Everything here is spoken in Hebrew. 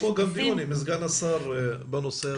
היה פה גם דיון עם סגן השר בנושא הזה.